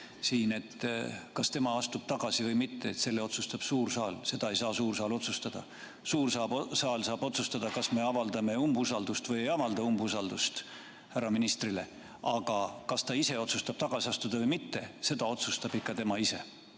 seda, kas tema astub tagasi või mitte, otsustab suur saal. Seda ei saa suur saal otsustada. Suur saal saab otsustada, kas me avaldame umbusaldust või ei avalda umbusaldust härra ministrile, aga kas ta otsustab tagasi astuda või mitte, seda otsustab ikka tema ise.